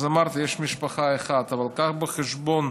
אז אמרתי: יש משפחה אחת, אבל קח בחשבון,